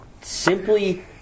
simply